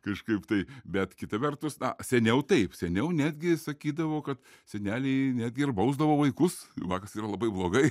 kažkaip tai bet kita vertus seniau taip seniau netgi sakydavo kad seneliai netgi ir bausdavo vaikus va kas yra labai blogai